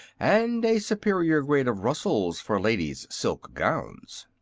and a superior grade of rustles for ladies' silk gowns.